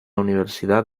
universidad